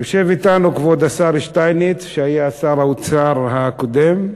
יושב אתנו כבוד השר שטייניץ שהיה שר האוצר הקודם,